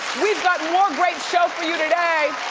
we've got more great show for you today.